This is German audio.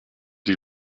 die